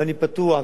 ואני פתוח,